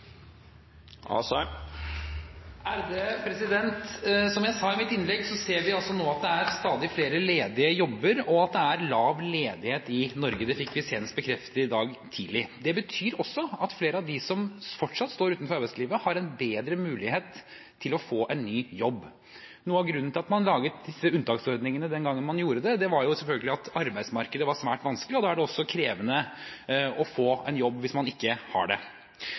Som jeg sa i mitt innlegg, ser vi nå at det er stadig flere ledige jobber, og at det er lav ledighet i Norge. Det fikk vi bekreftet senest i dag tidlig. Det betyr også at flere av dem som fortsatt står utenfor arbeidslivet, har en bedre mulighet til å få en ny jobb. Noe av grunnen til at man laget disse unntaksordningene den gangen man gjorde det, var selvfølgelig at arbeidsmarkedet var svært vanskelig, og da er det også krevende å få en jobb hvis man ikke har det.